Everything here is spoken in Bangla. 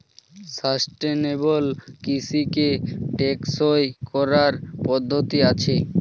সাস্টেনেবল কৃষিকে টেকসই করার পদ্ধতি আছে